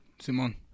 Simon